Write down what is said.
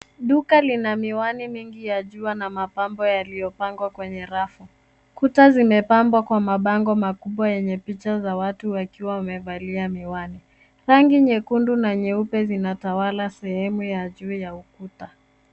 Duka lina miwani mingi ya jua na mapambo yaliyopangwa kwenye rafu. Kuta zimepambwa kwa mabango makubwa yenye picha za watu wakiwa wamevalia miwani. Rangi nyekundu na nyeupe zinatawala sehemu ya juu ya ukuta.